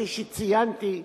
וכפי שציינתי,